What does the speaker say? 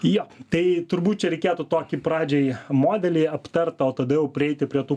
jo tai turbūt čia reikėtų tokį pradžioj modelį aptart o tada jau prieiti prie tų